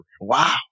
Wow